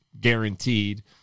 guaranteed